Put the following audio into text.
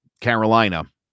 Carolina